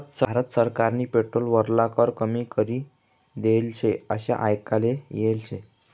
भारत सरकारनी पेट्रोल वरला कर कमी करी देल शे आशे आयकाले येल शे